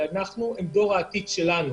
הם דור העתיד שלנו